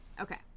Okay